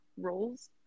roles